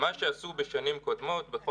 גברתי היושבת-ראש, בגלל